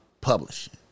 publishing